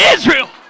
Israel